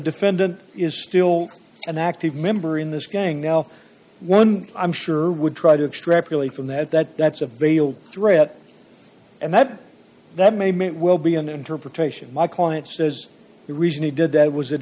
defendant is still an active member in this gang now one i'm sure would try to extrapolate from that that that's a veiled threat and that that maybe it will be an interpretation my client says the reason he did that was it